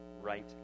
right